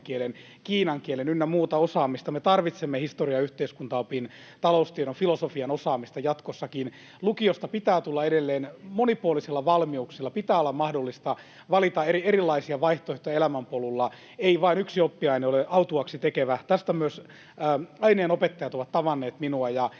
kiinan kielen, ynnä muuta osaamista. Me tarvitsemme historian, yhteiskuntaopin, taloustiedon, filosofian osaamista jatkossakin. Lukiosta pitää tulla edelleen monipuolisilla valmiuksilla. Pitää olla mahdollista valita erilaisia vaihtoehtoja elämänpolulla. Ei vain yksi oppiaine ole autuaaksi tekevä. Tästä myös aineenopettajat ovat tavanneet minua,